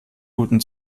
guten